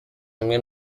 hamwe